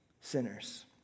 sinners